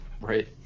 right